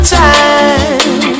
time